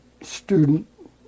student